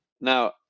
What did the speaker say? Now